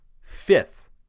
fifth